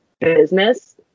business